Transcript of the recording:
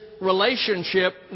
relationship